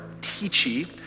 teachy